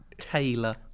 Taylor